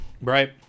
right